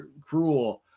cruel